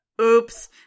Oops